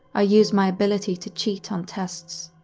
i used by ability to cheat on tests.